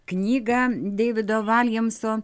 knygą deivido valjemso